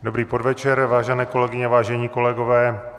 Dobrý podvečer, vážené kolegyně, vážení kolegové.